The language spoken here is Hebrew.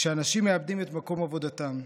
כשאנשים מאבדים את מקום עבודתם,